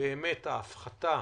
הוא ההפחתה